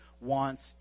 wants